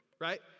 right